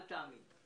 אל תאמין.